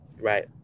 right